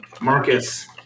Marcus